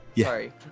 Sorry